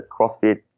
CrossFit